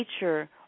nature